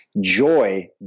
joy